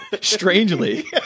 Strangely